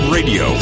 Radio